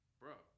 bro